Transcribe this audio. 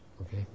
Okay